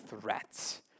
threats